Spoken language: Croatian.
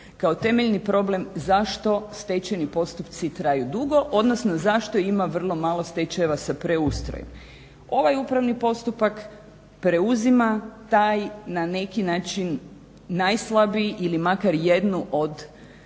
Kao temeljni problem zašto stečajni postupci traju dugo, odnosno zašto ima vrlo malo stečajeva sa preustrojem? Ovaj upravni postupak preuzima taj na neki način najslabiji, ili makar jednu od slabih